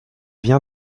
vient